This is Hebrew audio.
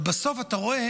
אבל בסוף אתה רואה